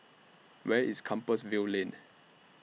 Where IS Compassvale Lane